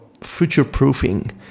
future-proofing